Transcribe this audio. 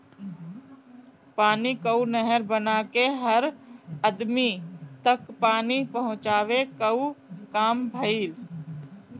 पानी कअ नहर बना के हर अदमी तक पानी पहुंचावे कअ काम भइल